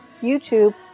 youtube